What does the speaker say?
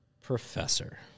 Professor